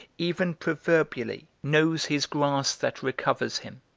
even proverbially, knows his grass that recovers him.